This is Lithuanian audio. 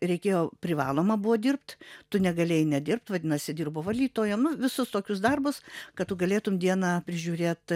reikėjo privaloma buvo dirbt tu negalėjai nedirbt vadinasi dirbo valytojom nu visus tokius darbus kad tu galėtum dieną prižiūrėt